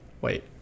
wait